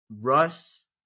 Russ